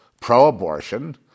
pro-abortion